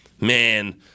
man